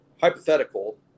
hypothetical